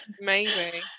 amazing